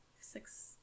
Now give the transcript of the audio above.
six